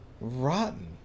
Rotten